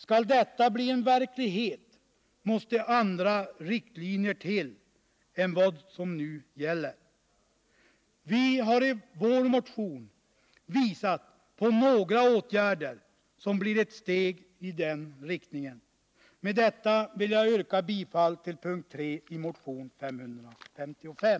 Skall detta bli en verklighet måste andra riktlinjer till än vad som nu gäller. Vi har i vår motion visat på några åtgärder som blir ett steg i den riktningen. Med detta vill jag yrka bifall till punkt 3 i motion 555.